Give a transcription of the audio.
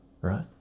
Right